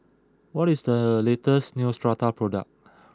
what is the latest Neostrata product